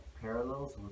parallels